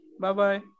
Bye-bye